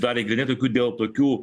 dalį grynai tokių dėl tokių